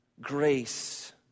Grace